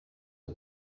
are